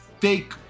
fake